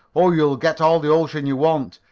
oh, you'll get all the ocean you want,